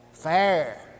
Fair